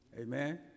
Amen